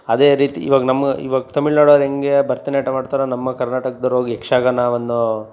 ಅದೇ ರೀತಿ ಇವಾಗ ನಮ್ಮ ಇವಾಗ ತಮಿಳುನಾಡೊರು ಹೆಂಗೆ ಭರತನಾಟ್ಯ ಮಾಡ್ತಾರೋ ನಮ್ಮ ಕರ್ನಾಟಕ್ದೋರೋಗಿ ಯಕ್ಷಗಾನವನ್ನು